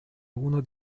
uno